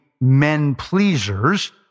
men-pleasers